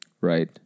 right